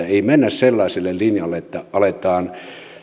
ei mennä sellaiselle linjalle että aletaan